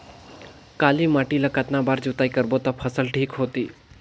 काली माटी ला कतना बार जुताई करबो ता फसल ठीक होती?